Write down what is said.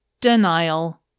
Denial